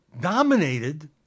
dominated